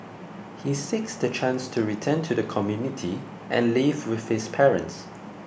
he seeks the chance to return to the community and live with his parents